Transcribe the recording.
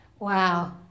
wow